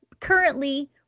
currently